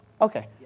Okay